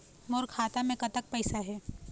मोर खाता मे कतक पैसा हे?